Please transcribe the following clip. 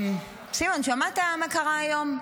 סימון, שמעת מה קרה היום?